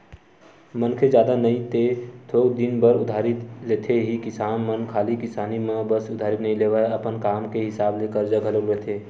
मनखे जादा नई ते थोक दिन बर उधारी लेथे ही किसान मन खाली किसानी म बस उधारी नइ लेवय, अपन काम के हिसाब ले करजा घलोक लेथे